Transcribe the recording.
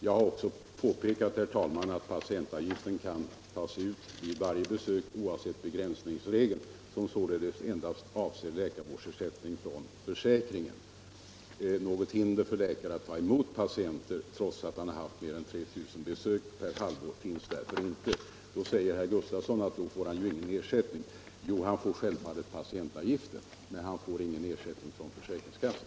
Jag har också påpekat att patientavgiften kan tas ut vid varje besök oavsett begränsningsregeln, som således endast avser läkarvårdsersättning från försäkringen. Något hinder för en läkare att ta emot patienter trots att han har haft mer än 3 000 besök per halvår finns därför inte. Herr Gustavsson i Ängelholm säger att då får ju läkaren inte någon ersättning. Han får självfallet patientavgiften — däremot ingen ersättning från försäkringskassan.